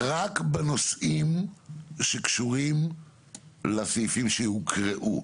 רק בנושאים שקשורים לסעיפים שהוקראו.